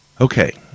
Okay